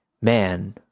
Man